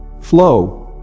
Flow